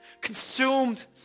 consumed